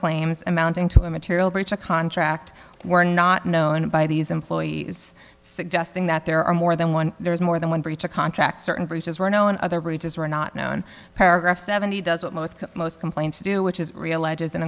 claims amounting to a material breach of contract were not known by these employees suggesting that there are more than one there is more than one breach of contract certain breaches were known other breaches were not known paragraph seventy does what most most complaints do which is real ledges and